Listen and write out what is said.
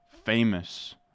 Famous